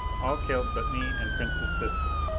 all killed but me and prince's sister.